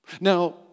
Now